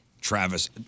Travis